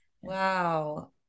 Wow